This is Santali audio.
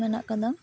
ᱢᱮᱱᱟᱜ ᱟᱠᱟᱫᱟ